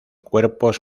cuerpos